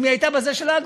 אם היא הייתה באגרות,